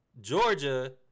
Georgia